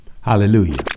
Hallelujah